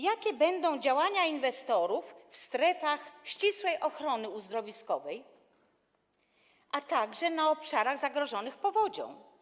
Jakie będą działania inwestorów w strefach ścisłej ochrony uzdrowiskowej, a także na obszarach zagrożonych powodzią?